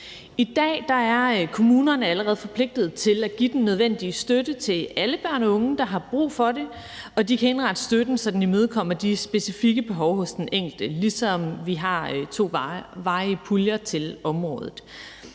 I dag er kommunerne allerede forpligtet til at give den nødvendige støtte til alle børn og unge, der har brug for det, og de kan indrette støtten, så den imødekommer de specifikke behov hos den enkelte, ligesom vi har to varige puljer til området.